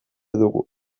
dugu